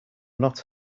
not